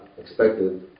expected